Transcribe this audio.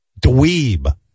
dweeb